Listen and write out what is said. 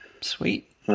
Sweet